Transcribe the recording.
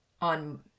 on